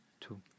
two